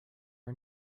are